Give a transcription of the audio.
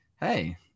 hey